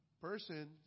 person